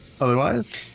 Otherwise